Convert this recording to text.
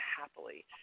happily